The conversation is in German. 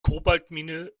kobaltmine